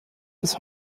bis